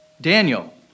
Daniel